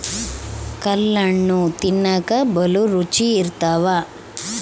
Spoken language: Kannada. ಕಲ್ಲಣ್ಣು ತಿನ್ನಕ ಬಲೂ ರುಚಿ ಇರ್ತವ